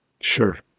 Sure